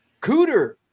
Cooter